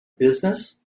business